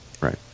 Right